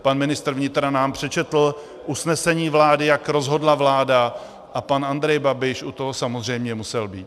Pan ministr vnitra nám přečetl usnesení vlády, jak rozhodla vláda, a pan Andrej Babiš u toho samozřejmě musel být.